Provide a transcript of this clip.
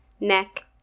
neck